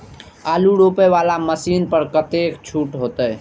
आलू रोपे वाला मशीन पर कतेक छूट होते?